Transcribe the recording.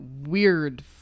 weird